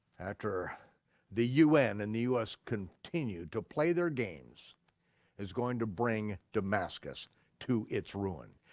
after the un and the us continue to play their games is going to bring damascus to its ruin.